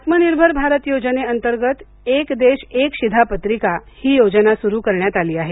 आत्मनिर्भर भारत योजनेअंतर्गत एक देश एक शिधापत्रिका ही योजना सुरू करण्यात आली आहे